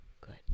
good